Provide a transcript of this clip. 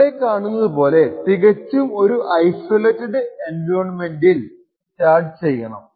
ഇവിടെ കാണുന്നത് പോലെ തികച്ചും ഒരു ഐസൊലേറ്റഡ് എൻവിയോണ്മെന്റിൽ സ്റ്റാർട്ട് ചെയ്യണം